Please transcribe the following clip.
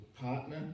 partner